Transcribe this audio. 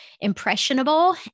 impressionable